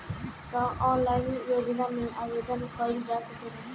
का ऑनलाइन योजना में आवेदन कईल जा सकेला?